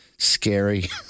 Scary